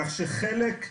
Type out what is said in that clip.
כך שחלק,